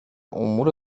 امور